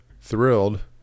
thrilled